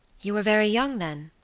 you were very young then?